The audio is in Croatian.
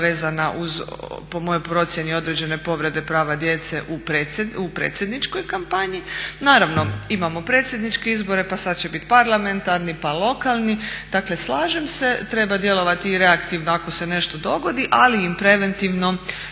bila vezana uz po mojoj procjeni određene povrede prava djece u predsjedničkoj kampanji. Naravno imamo predsjedničke izbore pa sad će biti parlamentarni pa lokalni. Dakle, slažem se treba djelovati i reaktivno ako se nešto dogodi ali i preventivno